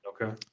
Okay